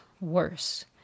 worse